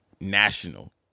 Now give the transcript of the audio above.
national